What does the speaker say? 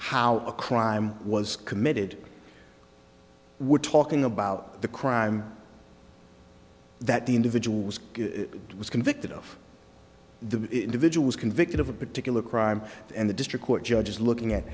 how a crime was committed we're talking about the crime that the individual was was convicted of the individuals convicted of a particular crime and the district court judge is looking at